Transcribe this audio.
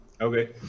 Okay